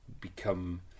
become